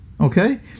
okay